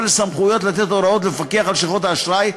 על סמכויות לתת הוראות ולפקח על לשכות האשראי,